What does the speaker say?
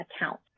account